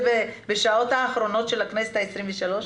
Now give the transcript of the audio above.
בשעות האחרונות של הכנסת העשרים-ושלוש?